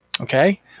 Okay